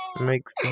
makes